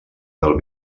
del